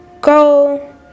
Go